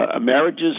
marriages